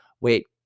wait